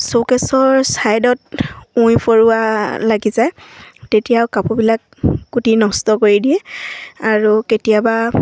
শ্ব'কেছৰ ছাইডত উই ফৰোৱা লাগি যায় তেতিয়া কাপোৰবিলাক কুটি নষ্ট কৰি দিয়ে আৰু কেতিয়াবা